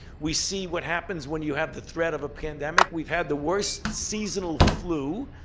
we see what happens when you have the threat of a pandemic. we've had the worst seasonal flu.